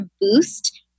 boost